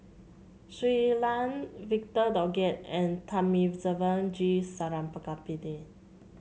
Shui Lan Victor Doggett and Thamizhavel G Sarangapani